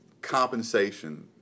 compensation